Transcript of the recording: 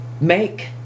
make